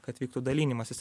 kad vyktų dalinimasis